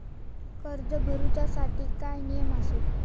कर्ज भरूच्या साठी काय नियम आसत?